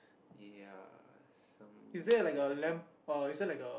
ya some weird kind of